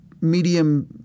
medium